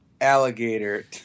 alligator